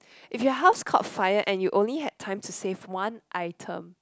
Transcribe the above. if your house caught fire and you only have time to save one item